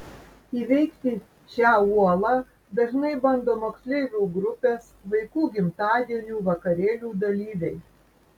įveikti šią uolą dažnai bando moksleivių grupės vaikų gimtadienių vakarėlių dalyviai